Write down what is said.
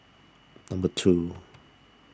number two